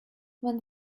when